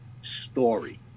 story